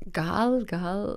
gal gal